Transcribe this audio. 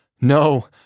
No